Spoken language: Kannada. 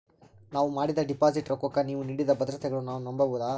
ನಾವು ಮಾಡಿದ ಡಿಪಾಜಿಟ್ ರೊಕ್ಕಕ್ಕ ನೀವು ನೀಡಿದ ಭದ್ರತೆಗಳನ್ನು ನಾವು ನಂಬಬಹುದಾ?